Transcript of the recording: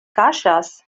kaŝas